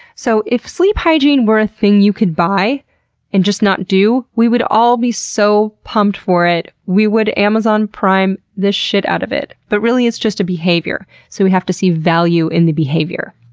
so if sleep hygiene were a thing you could buy and not do, we would all be so pumped for it! we would amazon prime the shit out of it. but really, it's just a behavior, so we have to see value in the behavior.